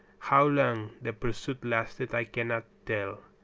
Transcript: how long the pursuit lasted i cannot tell.